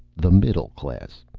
the middle class.